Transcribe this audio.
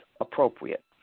appropriate